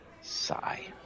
Sigh